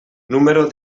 número